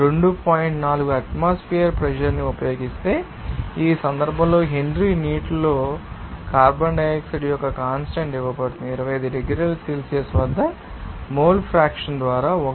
4 atmosphere pressure ని ఉపయోగిస్తే ఈ సందర్భంలో హెన్రీ నీటిలో కార్బన్ డయాక్సైడ్ యొక్క కాన్స్టాంట్ ఇవ్వబడుతుంది 25 డిగ్రీల సెల్సియస్ వద్ద మోల్ ఫ్రాక్షన్ ద్వారా 1